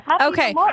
Okay